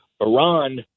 Iran